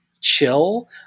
chill